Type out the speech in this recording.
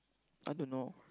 I want to know